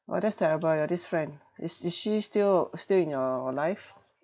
!wah! that's terrible your this friend is is she still still in your life